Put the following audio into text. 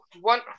one